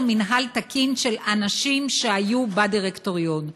מינהל תקין של אנשים שהיו בדירקטוריון.